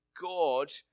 God